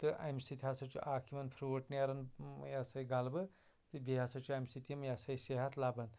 تہٕ اَمہِ سۭتۍ ہسا چھُ اکھ یِوان فرٛوٗٹ نٮ۪رَان یہِ سا یہِ گَلبہٕ تہٕ بیٚیہِ ہسا چھُ اَمہِ سۭتۍ یِم صحت لَبان